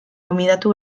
gonbidatu